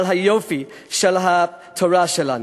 על היופי של התורה שלנו.